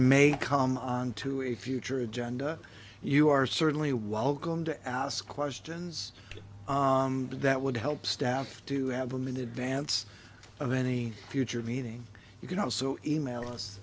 may come onto a future agenda you are certainly welcome to ask questions that would help staff to have them in advance of any future meeting you can also e mail us